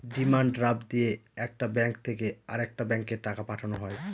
demand draft দিয়ে একটা bank থেকে আরেকটা ব্যাঙ্কে টাকা পাঠানো হয়